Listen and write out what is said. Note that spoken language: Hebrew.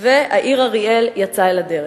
והעיר אריאל יצאה אל הדרך.